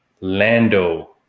lando